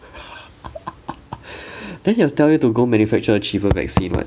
then they will tell you to go manufacture a cheaper vaccine [what]